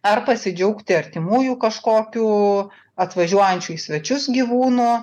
ar pasidžiaugti artimųjų kažkokiu atvažiuojančiu į svečius gyvūnu